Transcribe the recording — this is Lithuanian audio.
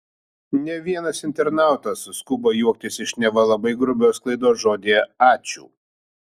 ne vienas internautas suskubo juoktis iš neva labai grubios klaidos žodyje ačiū